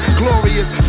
glorious